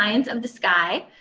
kind of the sky,